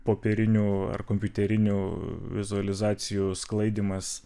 popierinių ar kompiuterinių vizualizacijų sklaidymas